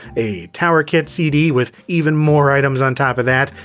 a towerkit cd with even more items on top of that,